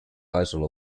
isle